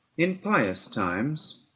in pious times,